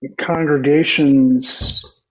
congregations